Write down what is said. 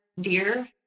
dear